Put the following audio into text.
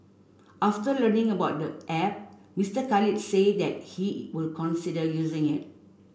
after learning about the app Mister Khalid say that he will consider using it